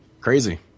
crazy